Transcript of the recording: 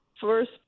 first